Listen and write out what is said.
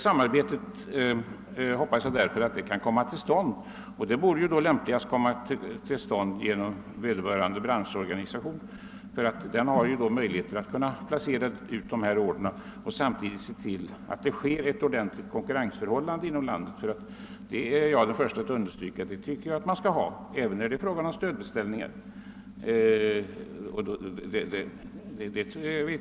Jag hoppas således att ett sådant samarbete som jag här nämnt kan komma till stånd, och det bör lämpligast äga rum genom vederbörande branschorganisation, eftersom denna har möjligheter att placera ut dessa order och samtidigt se till att det råder ett konkurrensförhållande inom landet. Jag är den förste att vilja understryka att ett sådant konkurrensförhållande bör finnas även när det är fråga om stödbeställningar.